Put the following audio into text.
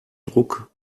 druck